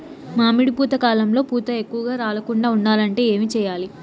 మామిడి పూత కాలంలో పూత ఎక్కువగా రాలకుండా ఉండాలంటే ఏమి చెయ్యాలి?